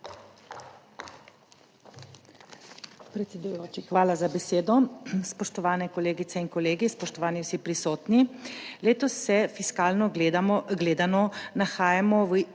hvala za besedo. Spoštovani kolegice in kolegi, spoštovani vsi prisotni! Letos se fiskalno gledano nahajamo v